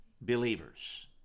believers